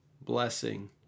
blessing